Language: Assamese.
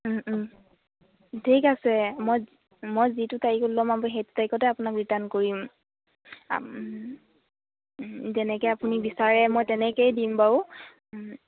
ঠিক আছে মই মই যিটো তাৰিখত ল'ম আৰু সেইটো তাৰিখতে আপোনাক ৰিটাৰ্ণ কৰিম তেনেকে আপুনি বিচাৰে মই তেনেকেই দিম বাৰু